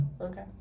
Okay